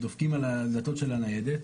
הם דופקים על הדלתות של הניידת.